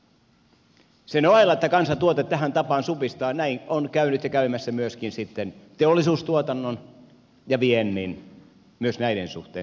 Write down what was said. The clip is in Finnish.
sen ohella että kansantuote tähän tapaan supistuu näin on käynyt ja käymässä myöskin sitten teollisuustuotannon ja viennin suhteen